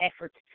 efforts